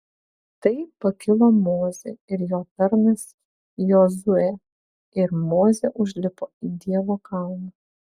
tai pakilo mozė ir jo tarnas jozuė ir mozė užlipo į dievo kalną